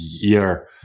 year